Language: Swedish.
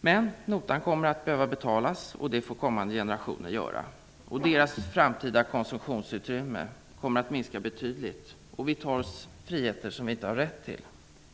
Men notan kommer att behöva betalas, och det får kommande generationer göra. Deras framtida konsumtionsutrymme kommer att minska betydligt. Vi tar oss friheter som vi inte har rätt till.